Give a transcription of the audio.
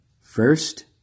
First